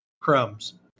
crumbs